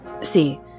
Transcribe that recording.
See